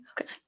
Okay